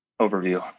overview